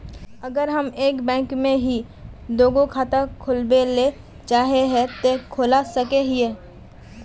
अगर हम एक बैंक में ही दुगो खाता खोलबे ले चाहे है ते खोला सके हिये?